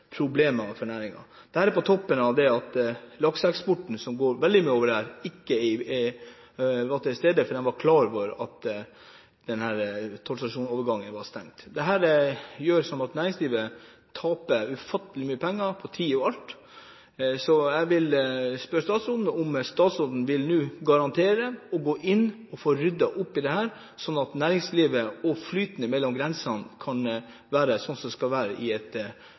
problemer for næringen – på toppen av at lakseeksporten, som veldig ofte går over her, ikke var til stede, for de var klar over at denne tollstasjonsovergangen var stengt. Dette gjør at næringslivet taper ufattelig mye penger, tid og annet, så jeg vil spørre statsråden om hun nå vil garantere at hun vil gå inn og få ryddet opp i dette, slik at næringslivet og flyten mellom grensene kan være sånn som det skal være i et